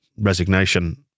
resignation